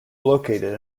located